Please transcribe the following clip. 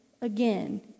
again